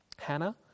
Hannah